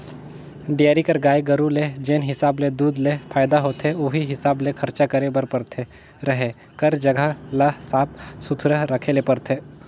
dairy कर गाय गरू ले जेन हिसाब ले दूद ले फायदा होथे उहीं हिसाब ले खरचा करे बर परथे, रहें कर जघा ल साफ सुथरा रखे ले परथे